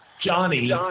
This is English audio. Johnny